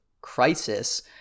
crisis